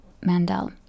mandel